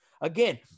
Again